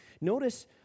Notice